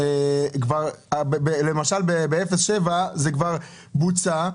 למשל ב-0-7 זה כבר בוצע.